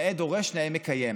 נאה דורש, נאה מקיים.